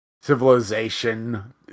Civilization